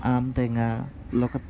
আম টেঙা লগত